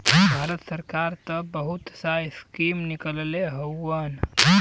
भारत सरकार त बहुत सा स्कीम निकलले हउवन